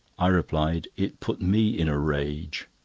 i replied it put me in a rage.